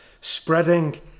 spreading